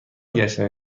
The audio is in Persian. گشتن